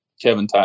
Kevin